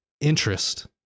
interest